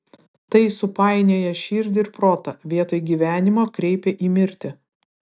tai supainioja širdį ir protą vietoj gyvenimo kreipia į mirtį